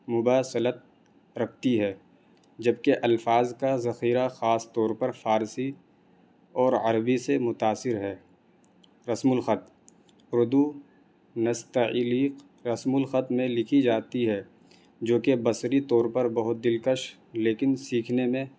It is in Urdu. مماثلت رکھتی ہے جبکہ الفاظ کا ذخیرہ خاص طور پر فارسی اور عربی سے متاثر ہے رسم الخط اردو نستعلیق رسم الخط میں لکھی جاتی ہے جو کہ بصری طور پر بہت دلکش لیکن سیکھنے میں